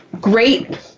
great